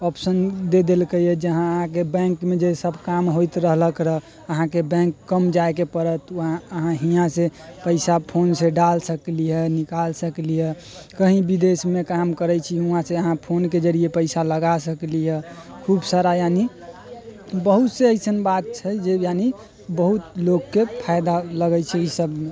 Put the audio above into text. option दऽ देलकै जँ अहाँके बैंकमे जे सब काम होइत रहलक र अहाँके बैंक कम जाअके पड़त अहाँ हियाँसँ पइसा फोनसँ डाल सकली हँ निकालि सकली हँ कहीँ विदेशमे काम करै छी वहाँसँ अहाँ फोनके जरिए पइसा लगा सकली हँ खूब सारा यानी बहुत से अइसन बात छै जे यानी बहुत लोकके फाइदा लगै छै ईसबमे